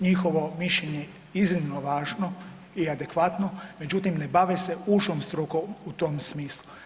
Njihovo je mišljenje iznimno važno i adekvatno, međutim ne bave se užom strukom u tom smislu.